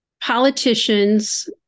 politicians